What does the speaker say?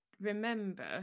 remember